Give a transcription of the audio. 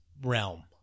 realm